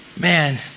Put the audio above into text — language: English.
Man